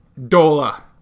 Dola